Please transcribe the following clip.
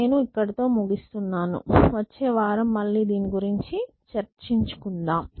నేను ఇక్కడితో ముగిస్తున్నాను వచ్చే వారం మళ్ళి దీని గురించి చర్చించుకుందాం